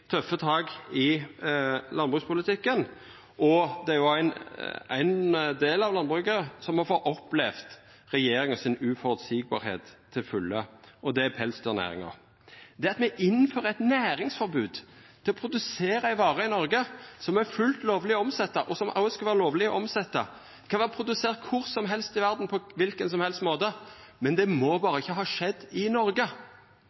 tøffe tak i landbrukspolitikken, og ein del av landbruket som har fått opplevd regjeringa si uvisse til fulle, er pelsdyrnæringa. Det at me innfører eit næringsforbod mot å produsera ei vare i Noreg som er fullt lovleg å omsetja, som òg skal vera lovleg å omsetja, som kan ha vorte produsert kvar som helst i verda og på kva måte som helst – det må